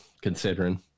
considering